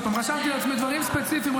רשמתי לעצמי דברים ספציפיים.